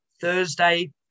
Thursday